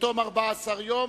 בתום 14 יום.